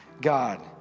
God